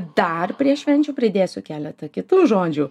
dar prie švenčių pridėsiu keletą kitų žodžių